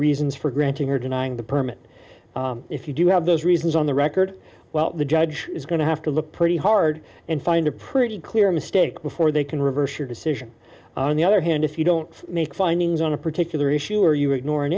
reasons for granting or denying the permit if you do have those reasons on the record well the judge is going to have to look pretty hard and find a pretty clear mistake before they can reverse your decision on the other hand if you don't make findings on a particular issue or you ignore an